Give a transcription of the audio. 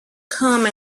come